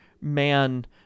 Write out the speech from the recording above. man